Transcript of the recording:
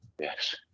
Yes